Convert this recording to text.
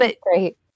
Great